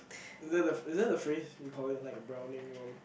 is that the is that the phrase we call it like browning Ion